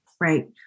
right